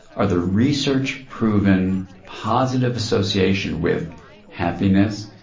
are the research-proven positive association with happiness,